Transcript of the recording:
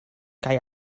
kaj